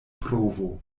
provo